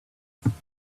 seconds